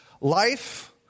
life